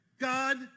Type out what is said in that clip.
God